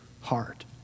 heart